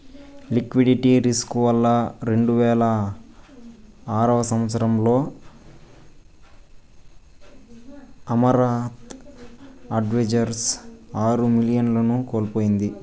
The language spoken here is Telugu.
లిక్విడిటీ రిస్కు వల్ల రెండువేల ఆరవ సంవచ్చరంలో అమరత్ అడ్వైజర్స్ ఆరు మిలియన్లను కోల్పోయింది